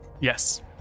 Yes